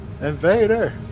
Invader